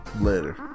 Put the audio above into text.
Later